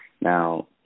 Now